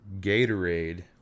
Gatorade